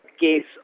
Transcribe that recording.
case